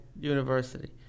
University